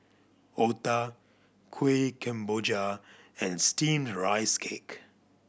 otah Kuih Kemboja and Steamed Rice Cake